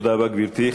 תודה רבה, גברתי.